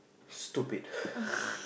stupid